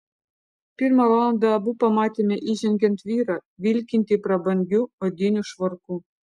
pirmą valandą abu pamatėme įžengiant vyrą vilkintį prabangiu odiniu švarku